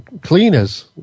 cleaners